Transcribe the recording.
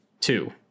two